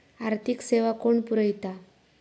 आर्थिक सेवा कोण पुरयता?